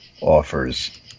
offers